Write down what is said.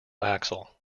axle